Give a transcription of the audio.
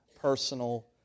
personal